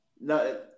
no